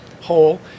hole